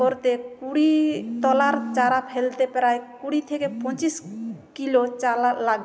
করতে কুড়ি তলার চারা ফেলতে প্রায় কুড়ি থেকে পঁচিশ কিলো চালা লাগত